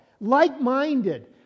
like-minded